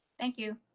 thank you.